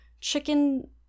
chicken